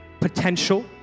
potential